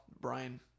brian